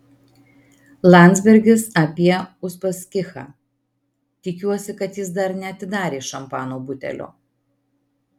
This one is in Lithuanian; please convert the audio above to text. landsbergis apie uspaskichą tikiuosi kad jis dar neatidarė šampano butelio